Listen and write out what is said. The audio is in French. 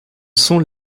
sont